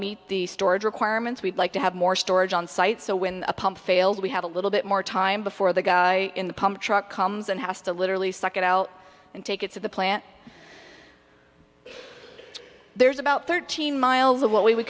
meet the storage requirements we'd like to have more storage on site so when a pump failed we have a little bit more time before the guy in the pump truck comes and has to literally stuck it out and take it to the plant there's about thirteen miles of what we would